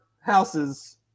houses